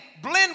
blend